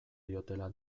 diotela